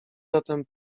zatem